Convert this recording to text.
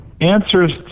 answers